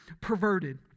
perverted